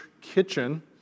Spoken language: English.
kitchen